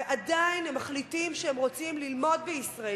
ועדיין הם מחליטים שהם רוצים ללמוד בישראל,